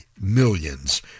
millions